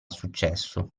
successo